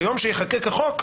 ביום שייחקק החוק,